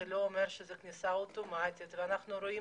זה לא אומר שהכניסה היא אוטומטית ואנחנו רואים